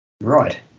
Right